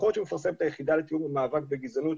מדוחות שמפרסמת היחידה לתיאום המאבק בגזענות,